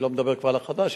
אני לא מדבר כבר על החדש.